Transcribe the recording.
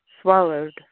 swallowed